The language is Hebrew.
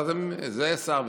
אז זה שר,